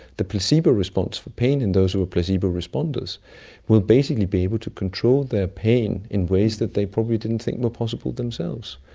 the placebo response for pain in those who are placebo responders will basically be able to control their pain in ways that they probably didn't think were possible themselves.